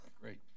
Great